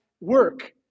work